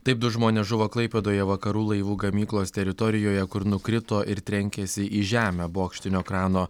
taip du žmonės žuvo klaipėdoje vakarų laivų gamyklos teritorijoje kur nukrito ir trenkėsi į žemę bokštinio krano